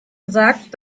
gesagt